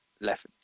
Left